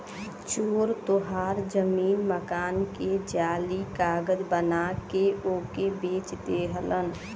चोर तोहार जमीन मकान के जाली कागज बना के ओके बेच देलन